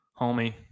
homie